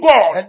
God